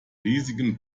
riesigen